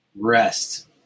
rest